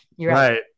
Right